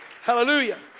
Hallelujah